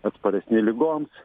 atsparesni ligoms